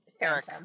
eric